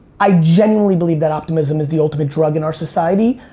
i genuinely believe that optimism is the ultimate drug in our society.